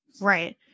Right